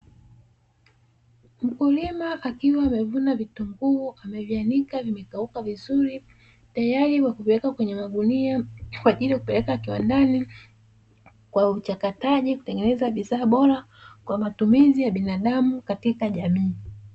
Mkulima akiwa amevuna vitunguu amevianika vimekauka vizuri tayari kwa kuviweka kwenye magunia, tayari kwa ajili ya kupeleka kiwandani kwa ajili ya uchakataji kutengenezea bidhaa bora kwa matumizi ya binadamu katika jamii.